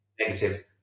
negative